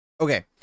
Okay